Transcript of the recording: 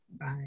Bye